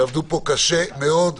שעבדו פה קשה מאוד,